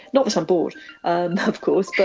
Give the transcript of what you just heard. not that i'm bored of course.